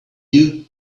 you